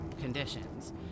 conditions